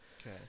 Okay